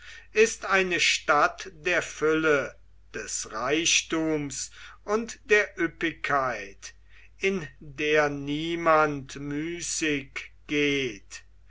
ist eine stadt der fülle des reichtums und der üppigkeit in der niemand müßig geht